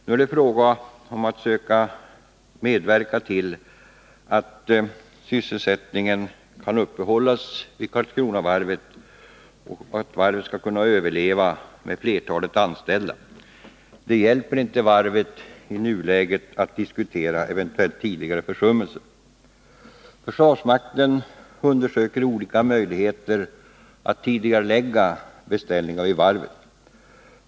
Nu är det fråga om att medverka till att sysselsättningen kan upprätthållas vid Karlskronavarvet, och att varvet skall kunna överleva med flertalet anställda. Det hjälper inte varvet i nuläget att diskutera eventuella tidigare försummelser. Det är därför naturligt att försvarsmakten undersöker olika möjligheter att tidigarelägga beställningar vid varvet.